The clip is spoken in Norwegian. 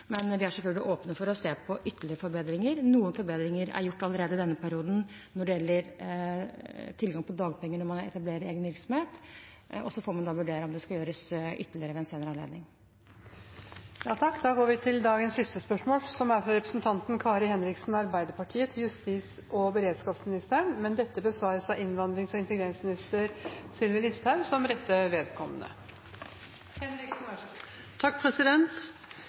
men vi er selvfølgelig åpne for å se på ytterligere forbedringer. Noen forbedringer er gjort allerede i denne perioden når det gjelder tilgang på dagpenger når man etablerer egen virksomhet. Så får man vurdere om det skal gjøres ytterligere ved en senere anledning. Dette spørsmålet, fra representanten Kari Henriksen til justis- og beredskapsministeren, vil bli besvart av innvandrings- og integreringsministeren som rette vedkommende. «I media leser vi om en enslig mindreårig som